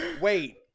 Wait